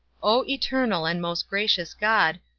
o eternal and most gracious god,